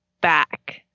back